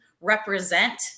represent